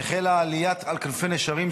החלה עליית "על כנפי נשרים".